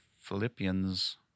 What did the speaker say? Philippians